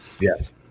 Yes